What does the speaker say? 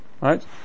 right